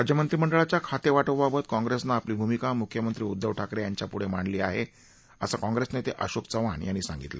राज्य मंत्रीमंडळाच्या खातेवाटपाबाबत काँप्रेसनं आपली भूमिका मुख्यमंत्री उद्दव ठाकरे यांच्यापुढं मांडली आहे असं काँप्रेस नेते अशोक चव्हाण यांनी सांगितलं